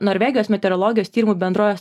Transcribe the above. norvegijos meteorologijos tyrimų bendrovės